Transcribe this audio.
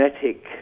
genetic